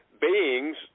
beings